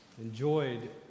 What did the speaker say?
Enjoyed